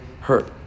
hurt